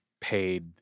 paid